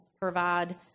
provide